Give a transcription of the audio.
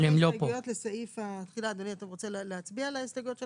אתה רוצה להצביע על ההסתייגויות שלהם?